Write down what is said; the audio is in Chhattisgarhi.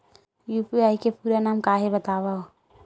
यू.पी.आई के पूरा नाम का हे बतावव?